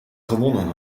gewonnen